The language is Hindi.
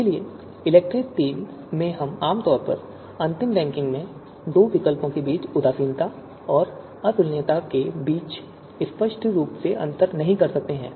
इसलिए इलेक्ट्री III में हम आम तौर पर अंतिम रैंकिंग में दो विकल्पों के बीच उदासीनता और अतुलनीयता के बीच स्पष्ट रूप से अंतर नहीं कर सकते हैं